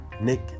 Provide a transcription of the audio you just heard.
Nick